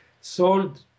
sold